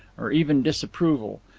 or even disapproval.